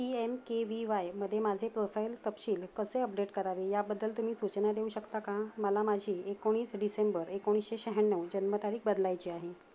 P M K V वायमध्ये माझे profile तपशील कसे अपडेट करावे याबद्दल तुम्ही सूचना देऊ शकता का मला माझी एकोणीस डिसेंबर एकोणीसशे शहाण्णव जन्मतारीख बदलायची आहे